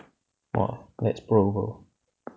!wah! that's pro bro